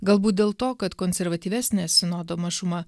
galbūt dėl to kad konservatyvesnė sinodo mažuma